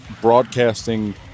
broadcasting